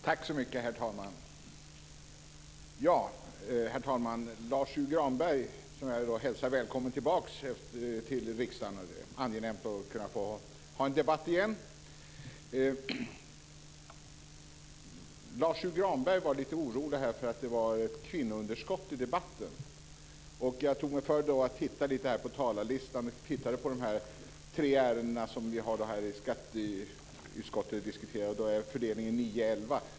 Herr talman! Jag hälsar Lars U Granberg välkommen tillbaka till riksdagen. Det är angenämt att kunna ha en debatt igen. Lars U Granberg var lite orolig för att det var ett kvinnounderskott i debatten. Jag tog mig före att titta lite på talarlistan för de tre ärenden som skatteutskottet diskuterar. Där är fördelningen 9 mot 11.